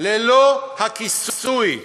ללא הכיסוי.